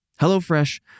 HelloFresh